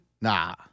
Nah